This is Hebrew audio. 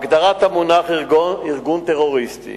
עם ארגון טרוריסטי